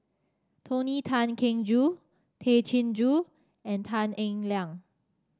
Tony Tan Keng Joo Tay Chin Joo and Tan Eng Liang